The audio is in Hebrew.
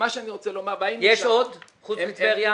יש עוד חוץ מטבריה?